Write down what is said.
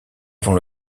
avant